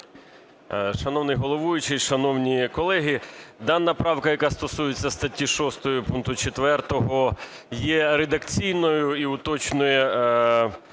Шановний головуючий, шановні колеги, дана правка, яка стосується статті 6 пункту 4, є редакційною і уточнює